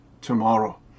tomorrow